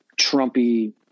Trumpy